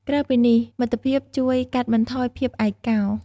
ក្រៅពីនេះ មិត្តភាពជួយកាត់បន្ថយភាពឯកោ។